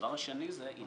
והדבר השני זה, אם